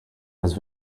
was